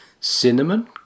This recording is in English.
cinnamon